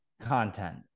content